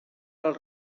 del